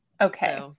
okay